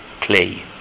clay